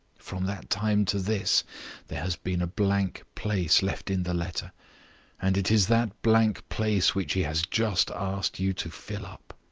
from that time to this there has been a blank place left in the letter and it is that blank place which he has just asked you to fill up